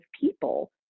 people